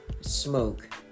smoke